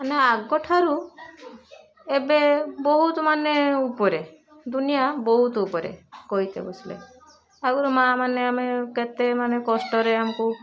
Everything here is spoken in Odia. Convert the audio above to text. ମାନେ ଆଗଠାରୁ ଏବେ ବହୁତ ମାନେ ଉପରେ ଦୁନିଆ ବହୁତ ଉପରେ କହିତେ ବସିଲେ ଆଗରୁ ମାଁମାନେ ଆମେ କେତେମାନେ କଷ୍ଟରେ ଆମକୁ